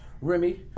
Remy